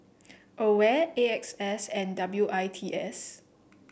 Aware A X S and W I T S